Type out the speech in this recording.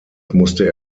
musste